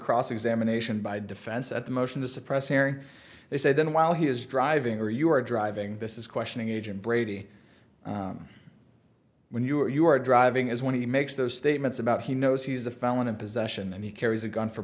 cross examination by defense at the motion to suppress hearing they said then while he is driving or you're driving this is questioning agent brady when you are driving is when he makes those statements about he knows he's a felon in possession and he carries a gun for